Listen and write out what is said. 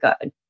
good